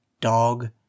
dog